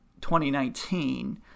2019